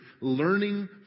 Learning